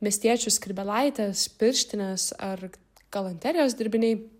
miestiečių skrybėlaitės pirštinės ar galanterijos dirbiniai